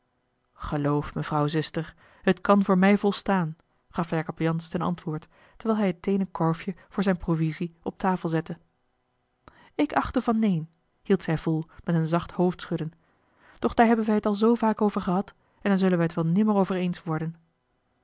geloof me vrouw zuster het kan voor mij volstaan gaf jacob jansz ten antwoord terwijl hij het teenen korfje voor zijne provisie op tafel zette ik achte van neen hield zij vol met een zacht hoofdschudden doch daar hebben wij het al zoo vaak over gehad en daar zullen wij het wel nimmer over eens worden